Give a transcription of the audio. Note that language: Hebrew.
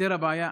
תיפתר הבעיה.